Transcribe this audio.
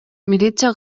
милиция